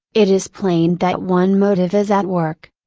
it is plain that one motive is at work.